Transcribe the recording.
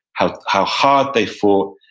how how hard they fought,